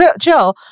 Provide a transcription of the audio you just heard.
chill